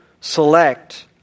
select